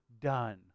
done